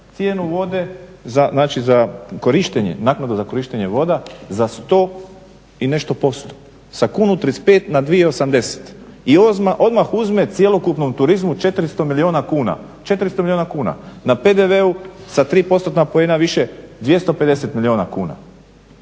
cijenu vode za korištenje, naknadu za korištenje voda za 100 i nešto posto, sa 1,35 kuna na 2,80 kuna i odmah uzme cjelokupnom turizmu 400 milijuna kuna. 400 milijuna kuna na PDV-u sa 3 postotna poena više, 250 milijuna kuna